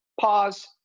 pause